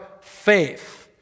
faith